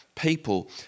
People